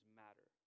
matter